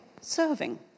serving